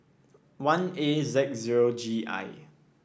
one A Z zero G I